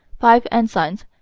five ensigns,